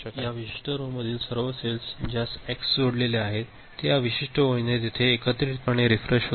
तर सर्व रो आणि विशिष्ट रोमधील सर्व सेल्स ज्यास एक्स जोडलेले आहे ते या विशिष्ट ओळीने ते एकत्रितपणे रिफ्रेश होतात